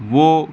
वह